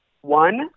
one